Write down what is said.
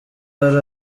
hari